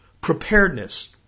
Preparedness